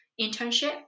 internship